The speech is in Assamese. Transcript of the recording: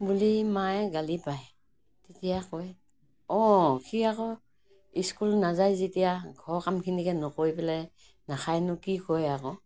বুলি মায়ে গালি পাৰে তেতিয়া কয় অঁ সি আকৌ স্কুল নাযায় যেতিয়া ঘৰৰ কামখিনিকে নকৰি পেলাই নাখায়নো কি কৰে আকৌ